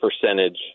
percentage